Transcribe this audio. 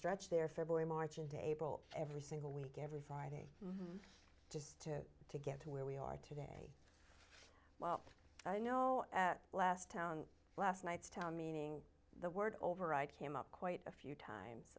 stretch there february march and april every single week every friday just to to get to where we are today well i know at last town last night's town meaning the word over i came up quite a few times